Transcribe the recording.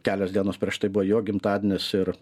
kelios dienos prieš tai buvo jo gimtadienis ir